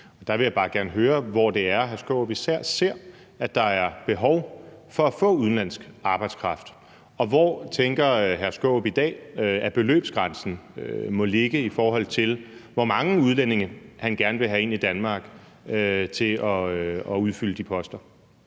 Der vil jeg bare gerne høre, hvor det er, hr. Peter Skaarup især ser at der er behov for at få udenlandsk arbejdskraft. Og hvor tænker hr. Peter Skaarup i dag at beløbsgrænsen må ligge, i forhold til hvor mange udlændinge han gerne vil have ind i Danmark til at udfylde de